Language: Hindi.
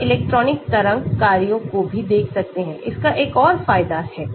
हम इलेक्ट्रॉनिक तरंग कार्यों को भी देख सकते हैं इसका एक और फायदा है